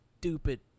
stupid